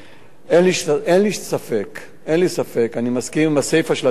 אין לי ספק, ואני מסכים עם הסיפא של הדברים,